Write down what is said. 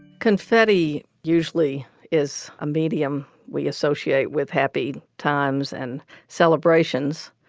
confetti usually is a medium we associate with happy times and celebrations.